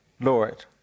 lord